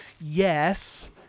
yes